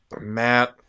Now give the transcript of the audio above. Matt